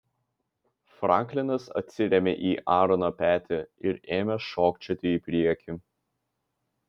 franklinas atsirėmė į aarono petį ir ėmė šokčioti į priekį